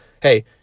Hey